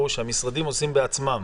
הוא שהמשרדים עושים בעצמם,